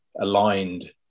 aligned